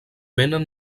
venen